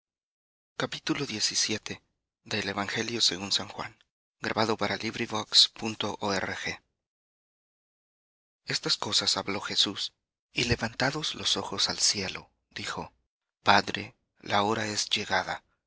mundo tendréis aflicción mas confiad yo he vencido al mundo capítulo estas cosas habló jesús y levantados los ojos al cielo dijo padre la hora es llegada